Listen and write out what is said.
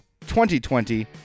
2020